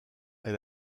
est